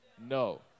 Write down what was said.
No